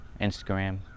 Instagram